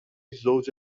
زوج